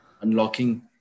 unlocking